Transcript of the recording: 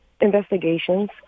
investigations